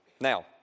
Now